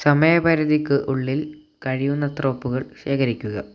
സമയപരിധിക്ക് ഉള്ളിൽ കഴിയുന്നത്ര ഒപ്പുകൾ ശേഖരിക്കുക